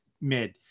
mid